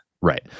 right